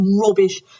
rubbish